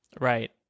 Right